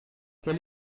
quel